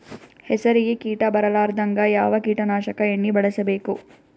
ಹೆಸರಿಗಿ ಕೀಟ ಬರಲಾರದಂಗ ಯಾವ ಕೀಟನಾಶಕ ಎಣ್ಣಿಬಳಸಬೇಕು?